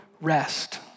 rest